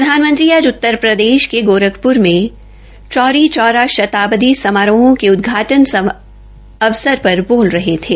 प्रधानमंत्री आज उत्तर प्रदेश के गोरखपुर में चौरी चौरा शताब्दी समारोहों के उदघाटन अवसर पर बोल रहे थे